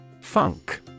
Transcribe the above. Funk